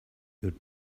your